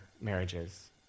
marriages